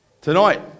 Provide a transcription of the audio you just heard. Tonight